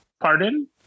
Pardon